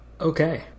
Okay